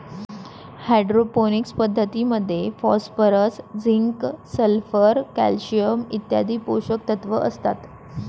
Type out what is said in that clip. hydroponics पद्धतीमध्ये phosphorus, zinc, sulphur, calcium इत्यादी पोषकतत्व असतात